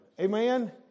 Amen